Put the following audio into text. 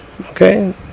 okay